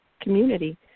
community